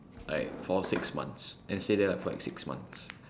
like for six months then stay there for like six months